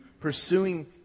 pursuing